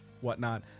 whatnot